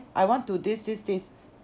I want to this this this